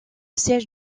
siège